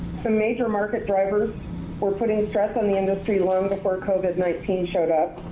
some major market drivers we're putting stress on the industry loans before covid nineteen showed up,